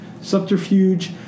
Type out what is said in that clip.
subterfuge